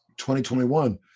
2021